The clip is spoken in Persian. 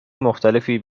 مختلفی